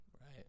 right